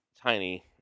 tiny